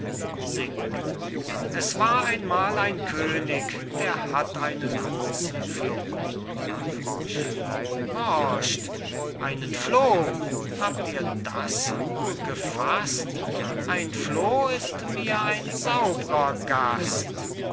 es war einmal ein könig der hatt einen großen floh horcht einen floh habt ihr das wohl gefaßt ein floh ist mir ein saub'rer gast